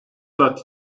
saat